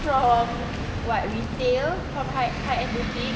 from what retail from high end boutique